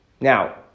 Now